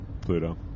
Pluto